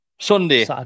Sunday